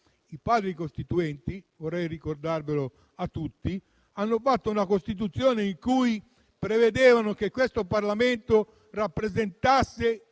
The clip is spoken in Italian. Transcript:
I Padri costituenti - vorrei ricordarlo a tutti - hanno fatto una Costituzione in cui prevedevano che questo Parlamento rappresentasse